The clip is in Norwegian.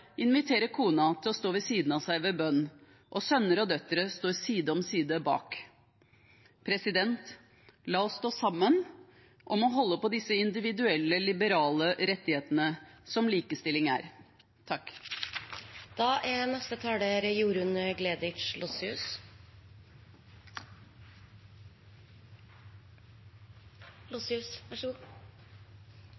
kona til å stå ved siden av seg ved bønn, og sønner og døtre står side om side bak. La oss stå sammen om å holde på disse individuelle liberale rettighetene som likestilling er. Det er